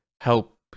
help